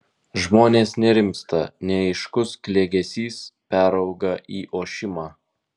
žmonės nerimsta neaiškus klegesys perauga į ošimą